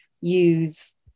use